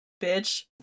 bitch